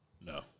No